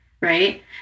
right